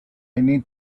need